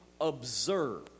observe